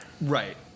Right